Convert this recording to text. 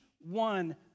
one